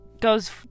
goes